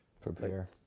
prepare